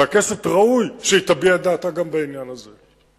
הכנסת, ראוי שהיא תביע את דעתה גם בעניין הזה.